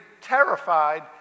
terrified